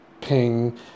ping